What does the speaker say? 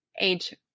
age